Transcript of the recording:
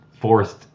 forced